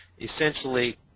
essentially